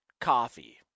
coffee